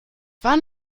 wann